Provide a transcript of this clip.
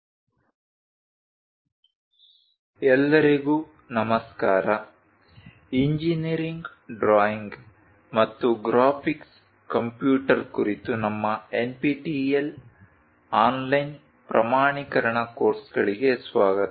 ಉಪನ್ಯಾಸ 04 ಇಂಜಿನೀರಿಂಗ್ ರೇಖಾಚಿತ್ರದ ಪರಿಚಯ IV ಎಲ್ಲರಿಗೂ ನಮಸ್ಕಾರ ಇಂಜಿನೀರಿಂಗ್ ಡ್ರಾಯಿಂಗ್ ಮತ್ತು ಗ್ರಾಫಿಕ್ಸ್ ಕಂಪ್ಯೂಟರ್ ಕುರಿತು ನಮ್ಮ NPTEL ಆನ್ಲೈನ್ ಪ್ರಮಾಣೀಕರಣ ಕೋರ್ಸ್ಗಳಿಗೆ ಸ್ವಾಗತ